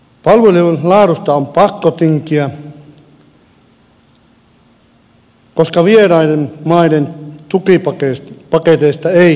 palveluiden laadusta on pakko tinkiä koska vieraiden maiden tukipaketeista ei kyllä tingitty